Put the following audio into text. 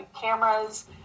cameras